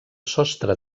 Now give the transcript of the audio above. sostre